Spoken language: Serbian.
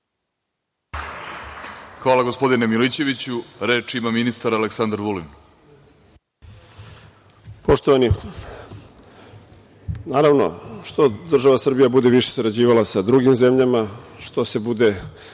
Hvala gospodine Milićeviću. Reč ima ministar Aleksandar Vulin. **Aleksandar Vulin** Poštovani, naravno, što država Srbija bude više sarađivala sa drugim zemljama, što saradnja